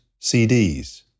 CDs